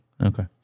okay